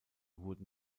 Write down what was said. wurden